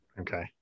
Okay